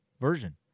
version